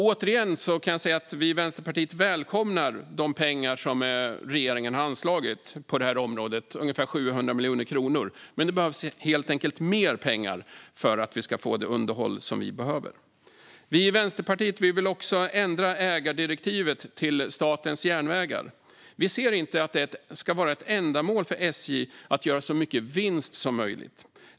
Återigen kan jag säga att vi i Vänsterpartiet välkomnar de pengar som regeringen har anslagit på det här området, ungefär 700 miljoner kronor, men det behövs helt enkelt mer pengar för att vi ska få det underhåll som vi behöver. Vi i Vänsterpartiet vill också ändra ägardirektivet till SJ. Vi ser inte att det ska vara ett självändamål för SJ att göra så mycket vinst som möjligt.